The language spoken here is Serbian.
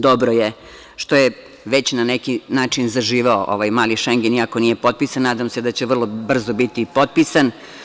Dobro je što je već na neki način zaživeo ovaj „mali Šengen“, iako nije potpisan, nadam se da će vrlo brzo biti i potpisan.